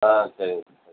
ஆ சரிங்க சார் சரிங்க சார்